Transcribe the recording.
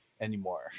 anymore